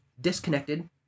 disconnected